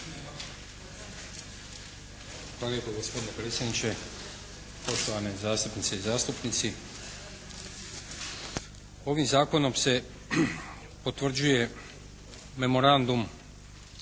Hvala lijepo gospodine predsjedniče, poštovane zastupnice i zastupnici. Ovim Zakonom se potvrđuje memorandum